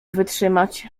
wytrzymać